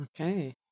okay